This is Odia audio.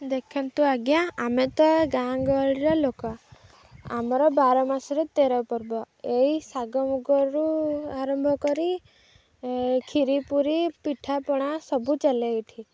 ଦେଖନ୍ତୁ ଆଜ୍ଞା ଆମେ ତ ଗାଁ ଗହଳିର ଲୋକ ଆମର ବାର ମାସରେ ତେର ପର୍ବ ଏଇ ଶାଗ ମୁଗରୁ ଆରମ୍ଭ କରି କ୍ଷିରୀ ପୁରୀ ପିଠାପଣା ସବୁ ଚାଲେ ଏଇଠି